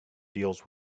deals